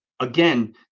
Again